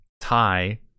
tie